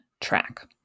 track